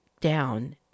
down